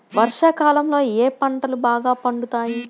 వర్షాకాలంలో ఏ పంటలు బాగా పండుతాయి?